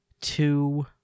two